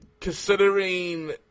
Considering